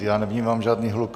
Já nevnímám žádný hluk.